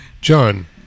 John